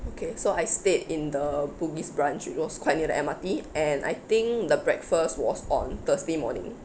okay so I stayed in the bugis branch it was quite near the M_R_T and I think the breakfast was on thursday morning